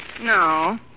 No